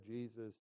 Jesus